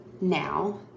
now